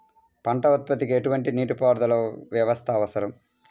పంట ఉత్పత్తికి ఎటువంటి నీటిపారుదల వ్యవస్థ అవసరం?